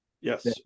yes